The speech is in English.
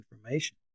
information